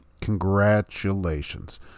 Congratulations